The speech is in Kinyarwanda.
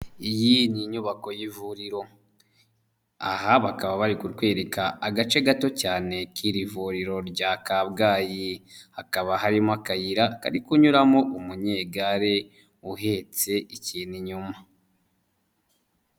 Iyi ni inyubako y'ivuriro aha bakaba bari kutwereka agace gato cyane k'iri vuriro rya kabgayi hakaba harimo akayira kari kunyuramo umunyegare uhetse ikintu inyuma.